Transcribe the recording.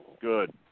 good